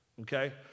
okay